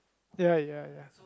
ya ya ya